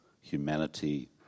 humanity